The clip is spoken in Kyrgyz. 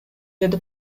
деди